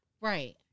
Right